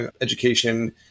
education